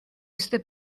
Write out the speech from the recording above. este